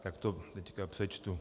Tak to teď přečtu.